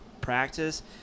practice